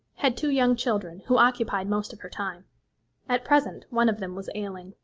had two young children who occupied most of her time at present one of them was ailing,